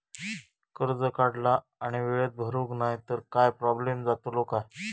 कर्ज काढला आणि वेळेत भरुक नाय तर काय प्रोब्लेम जातलो काय?